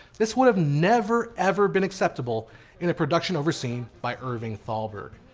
this would have never ever been acceptable in a production overseen by irving thalberg.